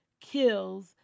kills